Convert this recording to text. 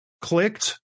clicked